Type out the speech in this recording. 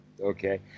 Okay